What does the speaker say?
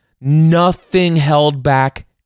nothing-held-back